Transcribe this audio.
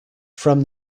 from